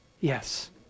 Yes